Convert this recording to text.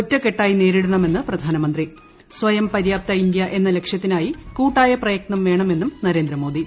ഒറ്റക്കെട്ടായി നേരിടണമെന്ന് പ്രധാനമന്ത്രി സ്വയം പര്യാപ്ത ഇന്ത്യ എന്ന ലക്ഷ്യത്തിനായി കൂട്ടായ പ്രയത് നം വേണമെന്നും നരേന്ദ്രമോദി